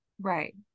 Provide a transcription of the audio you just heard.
Right